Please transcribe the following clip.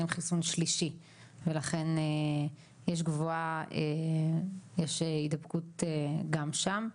חיסון שלישי ולכן יש הידבקות גם שם,